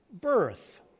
birth